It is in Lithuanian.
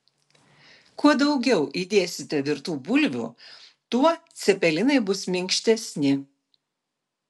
kuo daugiau įdėsite virtų bulvių tuo cepelinai bus minkštesni